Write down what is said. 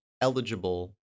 eligible